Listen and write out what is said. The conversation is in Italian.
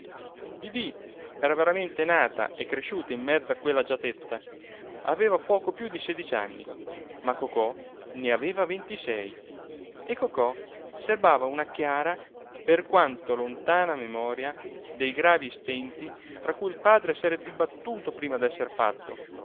didì era veramente nata e cresciuta in mezzo a quell'agiatezza aveva poco più di sedici anni ma cocò ne aveva ventisei e cocò serbava una chiara per quanto lontana memoria dei gravi stenti tra cui il padre s'era dibattuto prima d'esser fatto